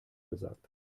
gesagt